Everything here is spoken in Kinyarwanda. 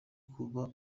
kuba